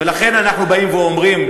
ולכן אנחנו באים ואומרים,